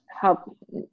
help